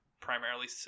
primarily